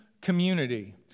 community